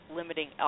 limiting